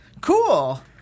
Cool